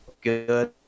good